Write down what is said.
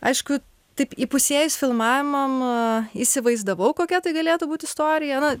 aišku taip įpusėjus filmavimam įsivaizdavau kokia tai galėtų būt istorija na